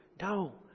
No